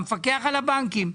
המפקח על הבנקים,